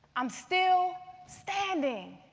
i'm still standing.